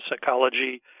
psychology